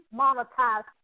monetize